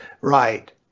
Right